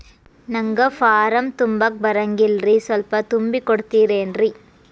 ನಂಗ ಫಾರಂ ತುಂಬಾಕ ಬರಂಗಿಲ್ರಿ ಸ್ವಲ್ಪ ತುಂಬಿ ಕೊಡ್ತಿರೇನ್ರಿ?